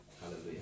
Hallelujah